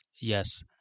Yes